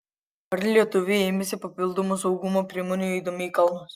ar lietuviai ėmėsi papildomų saugumo priemonių eidami į kalnus